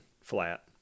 flat